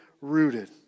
rooted